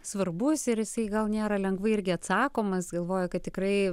svarbus ir jisai gal nėra lengvai irgi atsakomas galvoju kad tikrai